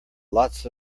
lots